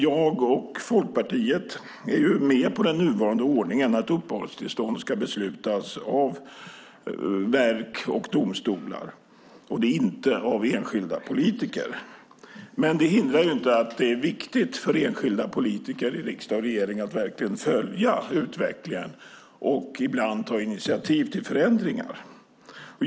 Jag och Folkpartiet är med på den nuvarande ordningen att uppehållstillstånd ska beslutas av verk och domstolar och inte av enskilda politiker. Men det hindrar inte att det är viktigt för enskilda politiker i riksdag och regering att verkligen följa utvecklingen och ibland ta initiativ till förändringar.